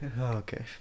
Okay